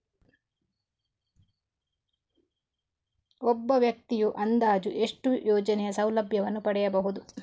ಒಬ್ಬ ವ್ಯಕ್ತಿಯು ಅಂದಾಜು ಎಷ್ಟು ಯೋಜನೆಯ ಸೌಲಭ್ಯವನ್ನು ಪಡೆಯಬಹುದು?